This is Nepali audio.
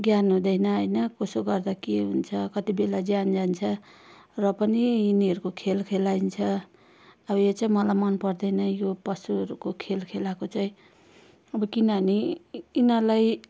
ज्ञान हुँदैन होइन कसो गर्दा के हुन्छ कति बेला ज्यान जान्छ र पनि यिनीहरूको खेल खेलाइन्छ अब यो चाहिँ मलाई मन पर्दैन यो पशुहरूको खेल खेलाको चाहिँ अब किनभने यिनीहरूलाई